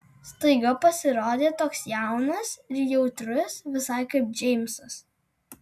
staiga pasirodė toks jaunas ir jautrus visai kaip džeimsas